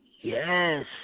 Yes